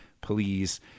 please